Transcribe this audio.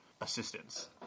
assistance